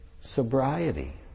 sobriety